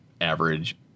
average